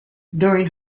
during